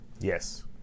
Yes